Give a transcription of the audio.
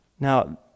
Now